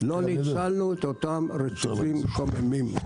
לא ניצלנו את אותם רציפים קודמים.